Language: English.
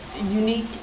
unique